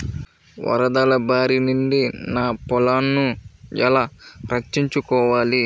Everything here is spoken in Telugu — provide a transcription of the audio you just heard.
వరదల భారి నుండి నా పొలంను ఎలా రక్షించుకోవాలి?